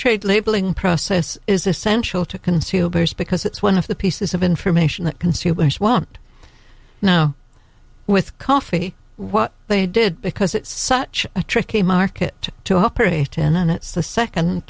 trade labeling process is essential to consumers because it's one of the pieces of information that consumers want now with coffee what they did because it's such a tricky market to operate in and it's the second